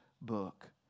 book